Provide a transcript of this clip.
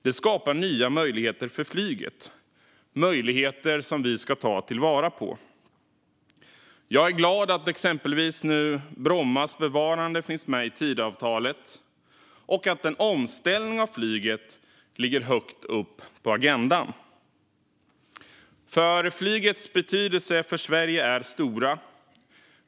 Detta skapar möjligheter för flyget som vi ska ta vara på. Jag är glad över att Brommas bevarande nu finns med i Tidöavtalet och att omställningen av flyget ligger högt upp på agendan. Flygets betydelse för Sverige är stor.